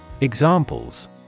Examples